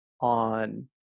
on